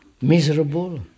miserable